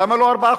למה לא 4%?